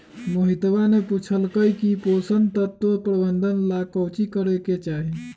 मोहितवा ने पूछल कई की पोषण तत्व प्रबंधन ला काउची करे के चाहि?